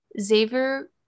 Xavier